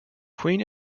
queen